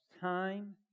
time